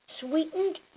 sweetened